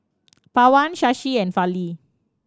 Pawan Shashi and Fali